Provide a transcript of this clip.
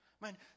Man